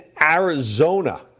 Arizona